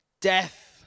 death